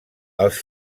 els